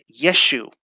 Yeshu